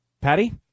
Patty